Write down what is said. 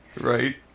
right